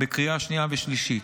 בקריאה שנייה ושלישית.